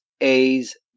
A's